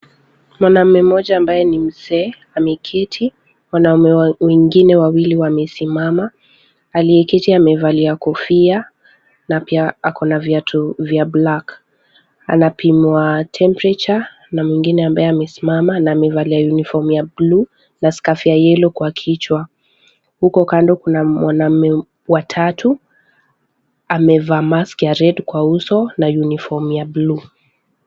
Mwanaume mmoja ambaye ni mzee ameketi. Wanaume wengine wawili wamesimama. Aliyeketi amevalia kofia na pia akona viatu vya black .Anapimwa temperature na mwingine ambaye amesimama na amevalia uniform ya blue na scarf ya yellow kwa kichwa. Huko kando kuna mwanaume watatu. Amevaa mask ya red kwa uso na uniform ya blue .